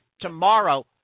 tomorrow